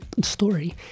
story